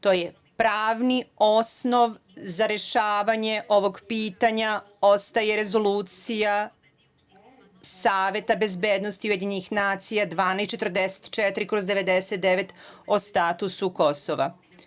To je pravni osnov za rešavanje ovog pitanja, ostaje Rezolucija Saveta bezbednosti Ujedinjenih nacija 1244/99 o statusu Kosova.